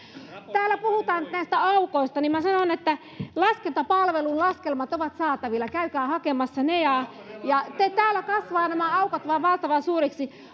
täällä puhutaan näistä aukoista niin minä sanon että laskentapalvelun laskelmat ovat saatavilla käykää hakemassa ne täällä vain kasvavat nämä aukot valtavan suuriksi